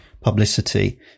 publicity